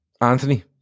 Anthony